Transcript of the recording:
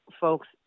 folks